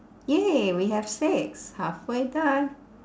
!yay! we have six halfway done